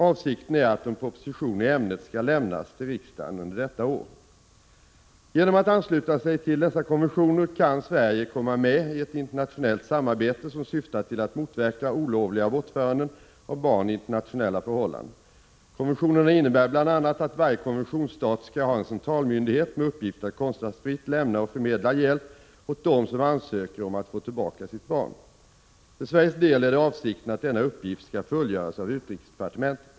Avsikten är att en proposition i ämnet skall lämnas till riksdagen under detta år. Genom att ansluta sig till dessa konventioner kan Sverige komma medi ett internationellt samarbete som syftar till att motverka olovliga bortföranden av barn i internationella förhållanden. Konventionerna innebär bl.a. att varje konventionsstat skall ha en centralmyndighet med uppgift att kostnadsfritt lämna och förmedla hjälp åt dem som ansöker om att få tillbaka sitt barn. För Sveriges del är det avsikten att denna uppgift skall fullgöras av utrikesdepartementet.